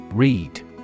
Read